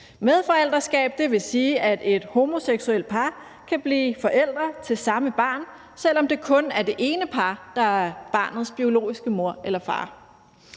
Medforældreskab vil sige, at et homoseksuelt par kan blive forældre til samme barn, selv om det er kun er den ene, der er barnets biologiske mor eller far.